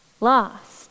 lost